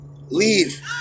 Leave